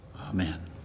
Amen